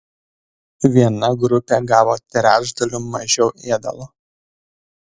viena grupė gavo trečdaliu mažiau ėdalo